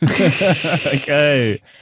Okay